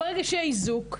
ברגע שיהיה איזוק,